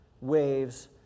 waves